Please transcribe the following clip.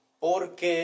Porque